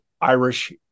Irish